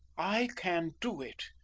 i can do it.